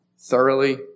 thoroughly